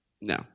No